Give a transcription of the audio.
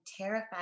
terrified